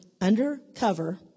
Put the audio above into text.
Undercover